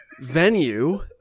venue